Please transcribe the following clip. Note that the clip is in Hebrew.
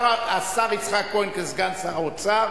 המשיב - השר יצחק כהן כסגן שר האוצר.